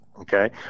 Okay